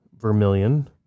Vermilion